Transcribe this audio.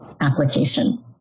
application